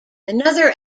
another